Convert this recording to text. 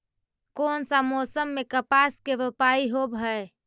कोन सा मोसम मे कपास के रोपाई होबहय?